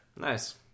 Nice